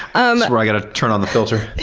um where i gotta turn on the filter?